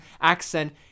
accent